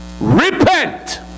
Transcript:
Repent